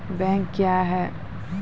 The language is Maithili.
बैंक क्या हैं?